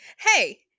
hey